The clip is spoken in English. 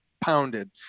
pounded